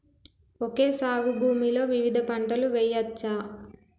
Okay సాగు భూమిలో వివిధ పంటలు వెయ్యచ్చా?